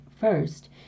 first